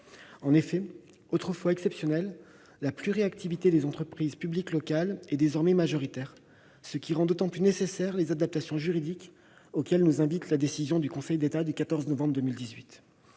En effet, autrefois exceptionnelle, la pluriactivité des entreprises publiques locales est désormais majoritaire, ce qui rend d'autant plus nécessaires les adaptations juridiques auxquelles nous invite la décision du Conseil d'État du 14 novembre 2018.